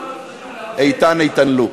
איתן-לו.